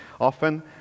often